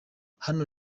hano